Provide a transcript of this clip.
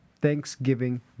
Thanksgiving